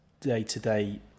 day-to-day